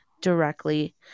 directly